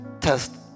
test